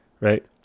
right